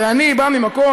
הרי אני בא ממקום,